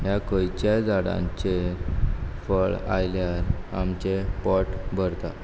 ह्या खंयच्याय झाडांचें फळ आयल्यार आमचें पोट भरता